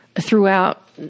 throughout